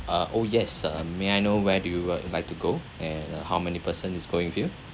uh oh yes uh may I know where do you would like to go and uh how many person is going with you